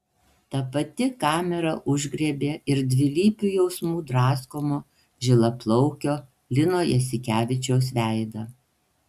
ta pati kamera užgriebė ir dvilypių jausmų draskomo žilaplaukio lino jasikevičiaus veidą